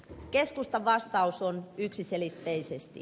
keskustan vastaus on yksiselitteisesti